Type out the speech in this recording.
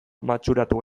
matxuratu